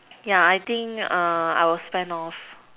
yeah I think I will spend off